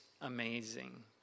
amazing